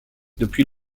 depuis